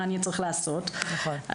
מה אני צריך לעשות?" -- נכון.